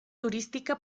turística